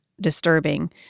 disturbing